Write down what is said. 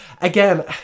again